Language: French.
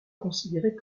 considérés